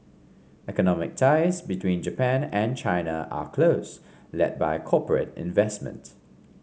economic ties between Japan and China are close led by corporate investment